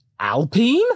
Alpine